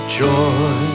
joy